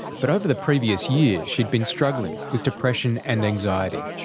but over the previous year, she had been struggling with depression and anxiety.